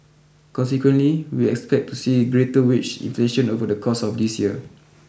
consequently we expect to see greater wage inflation over the course of this year